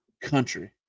country